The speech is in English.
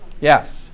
Yes